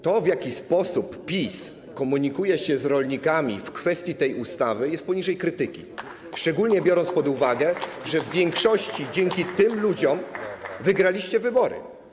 To, w jaki sposób PiS komunikuje się z rolnikami w kwestii tej ustawy, jest poniżej krytyki, szczególnie biorąc pod uwagę fakt, że w większości dzięki tym ludziom wygraliście wybory.